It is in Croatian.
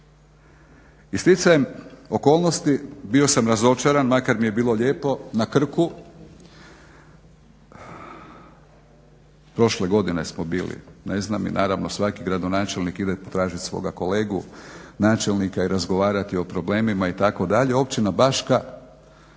I stjecajem okolnosti bio sam razočaran, makar mi je bilo lijepo na Krku, prošle godine smo bili i naravno svaki gradonačelnik ide tražiti svoga kolegu načelnika i razgovarati o problemima itd. Općina Baška